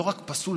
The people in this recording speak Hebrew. לא רק פסול,